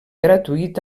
gratuït